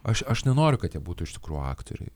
aš aš nenoriu kad jie būtų iš tikrųjų aktoriai